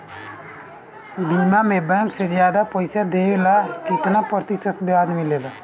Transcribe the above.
बीमा में बैंक से ज्यादा पइसा देवेला का कितना प्रतिशत ब्याज मिलेला?